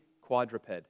quadruped